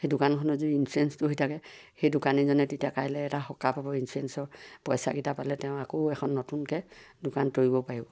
সেই দোকানখনৰ যদি ইঞ্চুৰেঞ্চটো হৈ থাকে সেই দোকানীজনে তেতিয়া কাইলৈ এটা সকাহ পাব ইঞ্চুৰেঞ্চৰ পইচাকেইটা পালে তেওঁ আকৌ এখন নতুনকৈ দোকান তৰিব পাৰিব